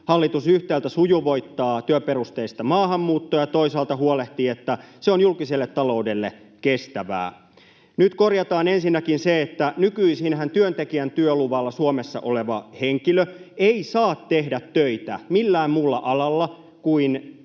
Hallitus yhtäältä sujuvoittaa työperusteista maahanmuuttoa ja toisaalta huolehtii, että se on julkiselle taloudelle kestävää. Nyt korjataan ensinnäkin se, että nykyisinhän työntekijän työluvalla Suomessa oleva henkilö ei saa tehdä töitä millään muulla alalla kuin